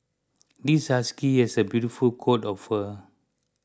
this husky has a beautiful coat of fur